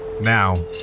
Now